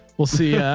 we'll see. yeah